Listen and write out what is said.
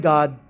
God